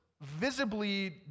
visibly